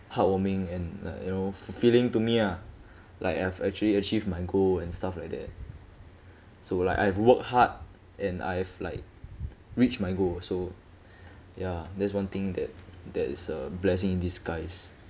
heartwarming and uh you know fulfilling to me ah like I've actually achieved my goal and stuff like that so like I've worked hard and I've like reached my goal also ya that's one thing that that is a blessing in disguise